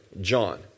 John